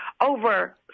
over